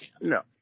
No